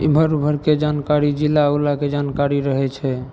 इमहर उमहरके जानकारी जिला उलाके जानकारी रहै छै